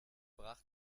brach